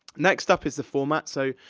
next up is the format, so,